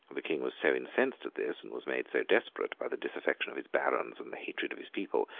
the king was so incensed at this, and was made so desperate by the disaffection of his barons and the hatred of his people,